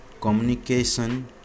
communication